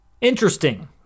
interesting